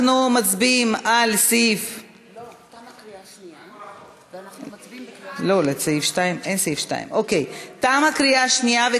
אין סעיף 2. אוקיי, תמה הקריאה השנייה.